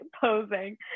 posing